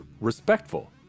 respectful